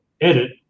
edit